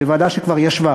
זו ועדה שכבר ישבה